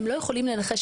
הם לא יכולים לנחש,